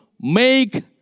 make